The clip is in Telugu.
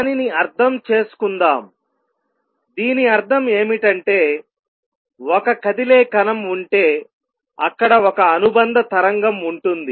దానిని అర్థం చేసుకుందాం దీని అర్థం ఏమిటంటే ఒక కదిలే కణం ఉంటే అక్కడ ఒక అనుబంధ తరంగం ఉంటుంది